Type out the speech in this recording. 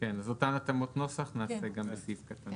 את אותו נוסח נכתוב גם בסעיף קטן